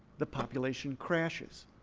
the population crashes.